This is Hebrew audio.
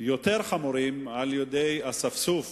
יותר חמורים על-ידי אספסוף